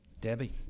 Debbie